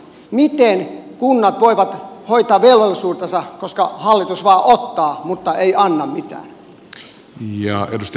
miten kunnat voivat hoitaa velvollisuutensa kun hallitus vain ottaa mutta ei anna mitään